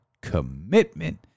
commitment